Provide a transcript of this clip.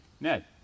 Ned